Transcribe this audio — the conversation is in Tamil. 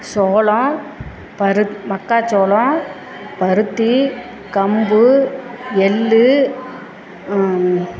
சோளம் பரு மக்காச்சோளம் பருத்தி கம்பு எள்ளு